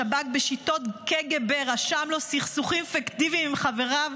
השב"כ בשיטות קג"ב רשם לו סכסוכים פיקטיביים עם חבריו,